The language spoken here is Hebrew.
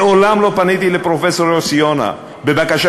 מעולם לא פניתי לפרופסור יוסי יונה בבקשה